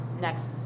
next